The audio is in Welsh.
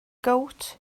gowt